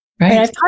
Right